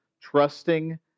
trusting